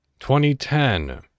2010